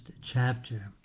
chapter